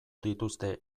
dituzte